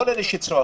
כל אלה שצועקים,